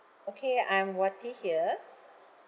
okay I'm wati here